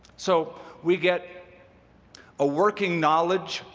so we get a working knowledge